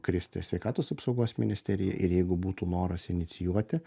kristi sveikatos apsaugos ministerijai ir jeigu būtų noras inicijuoti